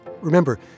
Remember